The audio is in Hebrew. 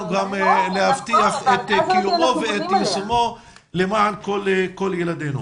להבטיח את קיומו ויישומו למען כל ילדינו.